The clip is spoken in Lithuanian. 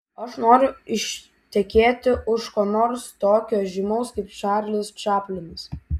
aš noriu ištekėti už ko nors tokio žymaus kaip čarlis čaplinas